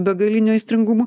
begaliniu aistringumu